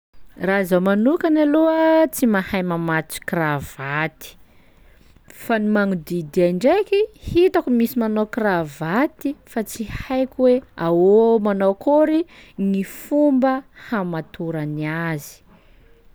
Raha zaho manokany aloha tsy mahay mamatotsy kravaty, fa ny magnodidy ahy ndraiky hitako misy manao kravaty fa tsy haiko hoe ahoa- manao akôry gny fomba hamatorany azy.